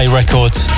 records